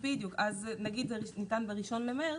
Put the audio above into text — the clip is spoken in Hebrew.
נגיד שהוא ניתן ב-1 במרס,